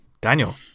daniel